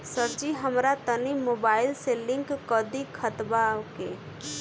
सरजी हमरा तनी मोबाइल से लिंक कदी खतबा के